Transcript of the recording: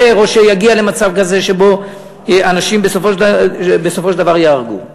או שיגיע למצב כזה שבו אנשים בסופו של דבר ייהרגו.